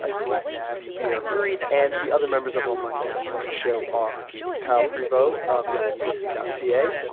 ah glad to have you here and the other members of our money mastermind show are kyle prevost of youngandthrifty ca,